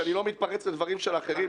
שאני לא מתפרץ לדברים של אחרים,